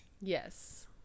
Yes